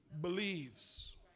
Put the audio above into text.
believes